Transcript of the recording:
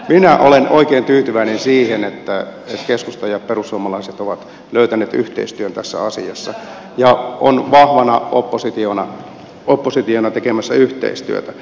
minä olen oikein tyytyväinen siihen että keskusta ja perussuomalaiset ovat löytäneet yhteistyön tässä asiassa ja ovat vahvana oppositiona tekemässä yhteistyötä